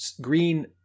green